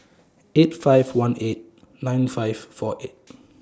eight five one eight nine five four eight